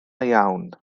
iawn